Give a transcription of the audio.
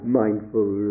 mindful